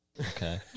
Okay